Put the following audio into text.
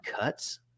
cuts